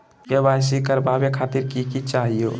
KYC करवावे खातीर कि कि चाहियो?